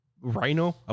Rhino